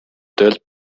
töölt